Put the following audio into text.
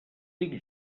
dic